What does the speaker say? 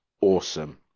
Awesome